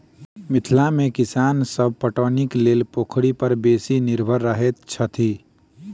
मिथिला मे किसान सभ पटौनीक लेल पोखरि पर बेसी निर्भर रहैत छथि